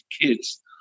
kids